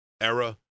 era